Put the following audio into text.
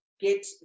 get